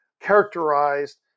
characterized